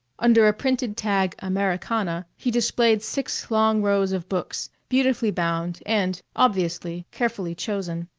under a printed tag americana he displayed six long rows of books, beautifully bound and, obviously, carefully chosen.